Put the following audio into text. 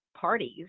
parties